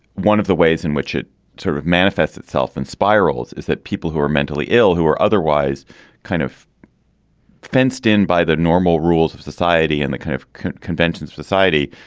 one of the ways in which it sort of manifests itself in spirals is that people who are mentally ill, who are otherwise kind of fenced in by the normal rules of society and the kind of convention society,